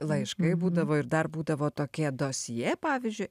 laiškai būdavo ir dar būdavo tokie dosjė pavyzdžiui